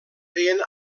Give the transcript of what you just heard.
feien